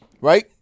right